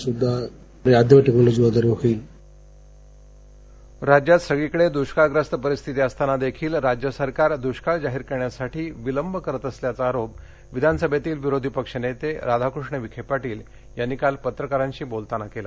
विखे पाहणी राज्यात सगळीकडे दुष्काळग्रस्त परिस्थिती असताना देखील राज्य सरकार दुष्काळ जाहीर करण्यासाठी विलंब करत असल्याचा आरोप विधानसभेतील विरोधी पक्षनेते राधाकृष्ण विखे पाटील यांनी काल पत्रकारांशी बोलताना दिला